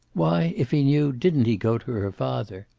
why, if he knew, didn't he go to her father?